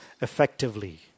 effectively